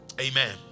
amen